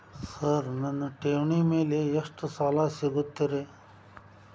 Sir ನನ್ನ ಠೇವಣಿ ಮೇಲೆ ಎಷ್ಟು ಸಾಲ ಸಿಗುತ್ತೆ ರೇ?